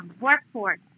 workforce